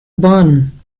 bun